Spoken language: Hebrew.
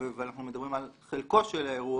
ואנחנו מדברים על חלקו של האירוע,